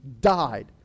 died